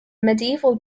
medieval